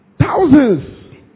thousands